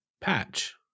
Patch